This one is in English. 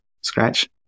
scratch